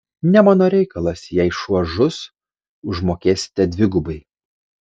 ne mano reikalas jei šuo žus užmokėsite dvigubai